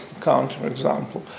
counterexample